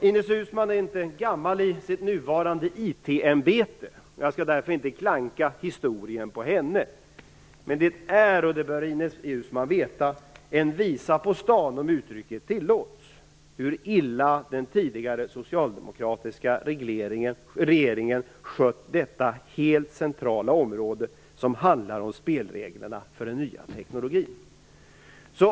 Ines Uusmann är inte gammal i sitt nuvarande IT-ämbete, och jag skall därför inte klanka på henne när det gäller förhistorien, men det är, som Ines Uusmann bör veta och om uttrycket tillåts, en visa på stan hur illa den tidigare socialdemokratiska regeringen skött det helt centrala område som gäller spelreglerna för den nya tekniken.